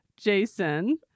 Jason